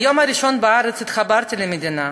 מהיום הראשון בארץ התחברתי למדינה,